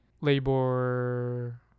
labor